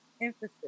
emphasis